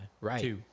Right